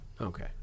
okay